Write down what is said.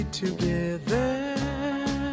together